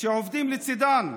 שעובדים לצידן,